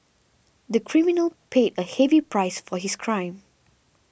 the criminal paid a heavy price for his crime